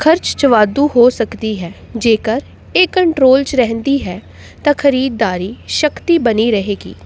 ਖਰਚ 'ਚ ਵਾਧੂ ਹੋ ਸਕਦੀ ਹੈ ਜੇਕਰ ਇਹ ਕੰਟਰੋਲ 'ਚ ਰਹਿੰਦੀ ਹੈ ਤਾਂ ਖਰੀਦਦਾਰੀ ਸ਼ਕਤੀ ਬਣੀ ਰਹੇਗੀ